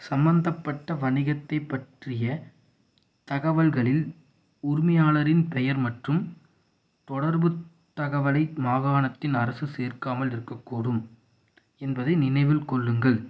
சம்பந்தப்பட்ட வணிகத்தைப் பற்றிய தகவல்களில் உரிமையாளரின் பெயர் மற்றும் தொடர்புத் தகவலை மாகாணத்தின் அரசு சேர்க்காமல் இருக்கக்கூடும் என்பதை நினைவில் கொள்ளுங்கள்